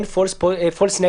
אין פולס נגטיב?